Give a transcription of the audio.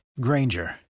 Granger